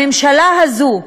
הממשלה הזאת,